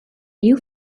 new